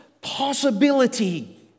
possibility